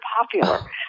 popular